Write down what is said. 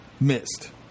missed